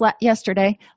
yesterday